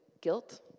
guilt